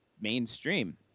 mainstream